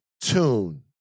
tune